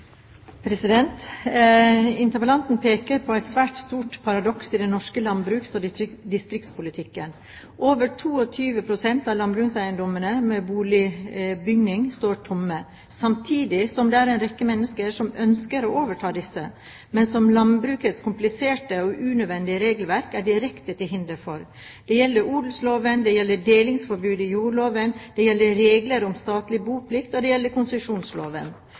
peker på et svært stort paradoks i den norske landbruks- og distriktspolitikken: Over 22 pst. av landbrukseiendommene med boligbygning står tomme, samtidig som det er en rekke mennesker som ønsker å overta disse, noe som landbrukets kompliserte og unødvendige regelverk er direkte til hinder for. Det gjelder odelsloven, det gjelder delingsforbud i jordloven, det gjelder regler om statlig boplikt, og det gjelder konsesjonsloven.